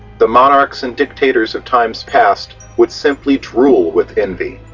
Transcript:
the monarchs and dictators of times past would simply drool with envy.